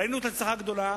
ראינו את ההצלחה הגדולה,